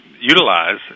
utilize